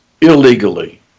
illegally